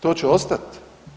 To će ostat.